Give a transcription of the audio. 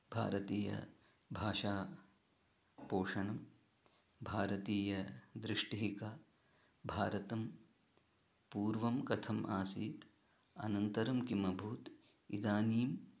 भारतीय भाषा पोषणं भारतीयदृष्टिः का भारतं पूर्वं कथम् आसीत् अनन्तरं किमभूत् इदानीम्